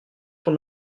pour